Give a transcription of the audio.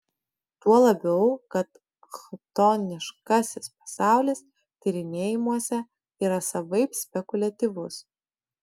tuo labiau kad chtoniškasis pasaulis tyrinėjimuose yra savaip spekuliatyvus